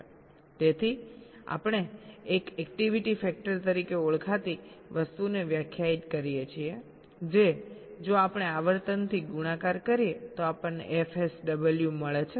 તેથી અમે એક એક્ટિવિટી ફેક્ટર તરીકે ઓળખાતી વસ્તુને વ્યાખ્યાયિત કરીએ છીએ જે જો આપણે આવર્તનથી ગુણાકાર કરીએ તો આપણને fSW મળે છે